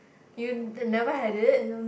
you they never had it